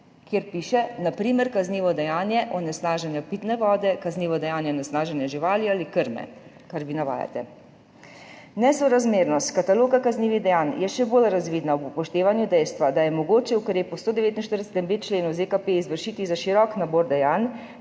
kjer piše: »Na primer kaznivo dejanje onesnaženja pitne vode, kaznivo dejanje onesnaženja živil ali krme« kar vi navajate. »Nesorazmernost kataloga kaznivih dejanj je še bolj razvidna ob upoštevanju dejstva, da je mogoče ukrep po 149.b členu ZKP izvršiti za širok nabor dejanj: